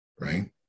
right